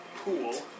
Pool